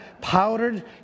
powdered